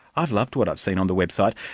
i've loved what i've seen on the website.